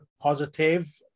positive